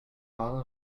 all